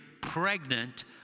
pregnant